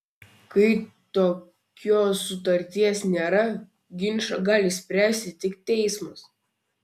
kai tokios sutarties nėra ginčą gali išspręsti tik teismas